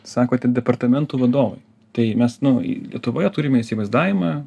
sakote departamentų vadovai tai mes nu lietuvoje turime įsivaizdavimą